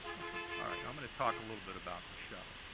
awesome. all right, i'm going to talk a little bit about the show.